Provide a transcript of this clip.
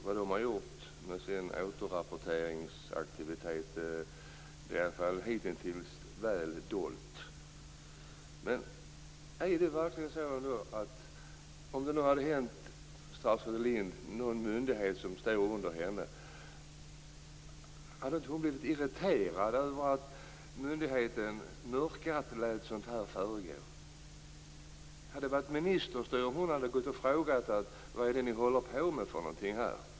Vilken återrapporteringsaktivitet de har ägnat sig åt är hittills väl dolt. Om detta hade hänt på någon myndighet som sorterar under statsrådet Lindh, hade hon då inte blivit irriterad över att myndigheten lät sådant försiggå? Hade det varit ministerstyre om hon hade gått och frågat: Vad är det ni håller på med för någonting här?